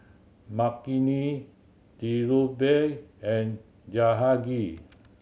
Makineni Dhirubhai and Jahangir